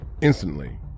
Instantly